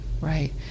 right